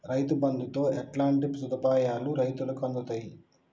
రైతు బంధుతో ఎట్లాంటి సదుపాయాలు రైతులకి అందుతయి?